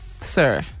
Sir